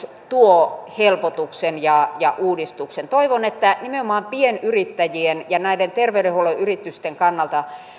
tuo helpotuksen ja ja uudistuksen toivon että nimenomaan pienyrittäjien ja näiden terveydenhuollon yritysten kannalta